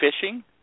fishing